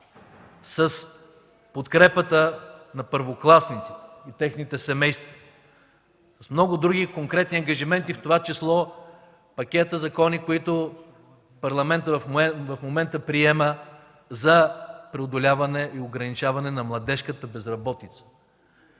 с подкрепата на първокласниците и техните семейства, с много други конкретни ангажименти, в това число пакета закони, които Парламентът в момента приема за преодоляване и ограничаване на младежката безработица.